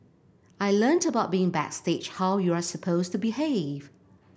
I learnt about being backstage how you are supposed to behave